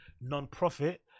non-profit